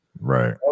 Right